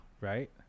Right